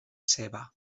ceba